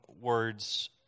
words